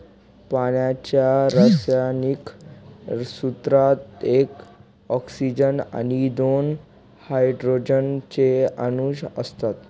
पाण्याच्या रासायनिक सूत्रात एक ऑक्सीजन आणि दोन हायड्रोजन चे अणु असतात